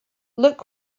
look